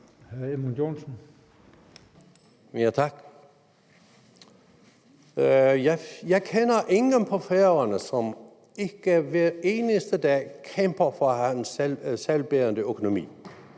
Jeg kender ingen på Færøerne, som ikke hver eneste dag kæmper for at have en selvbærende økonomi.